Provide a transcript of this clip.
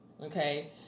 Okay